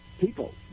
people